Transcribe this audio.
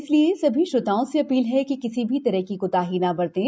इसलिए सभी श्रोताओं से अपील है कि किसी भी तरह की कोताही न बरतें